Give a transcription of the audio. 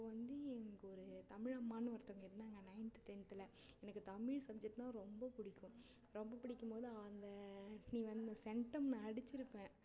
அப்போது வந்து எனக்கு ஒரு தமிழம்மான்னு ஒருத்தங்க இருந்தாங்க நைன்த் டென்த்தில் எனக்கு தமிழ் சப்ஜக்ட்ன்னால் ரொம்ப பிடிக்கும் ரொம்ப பிடிக்கும்போது அந்த நீ வந்து செண்டம் அடித்திருப்பேன்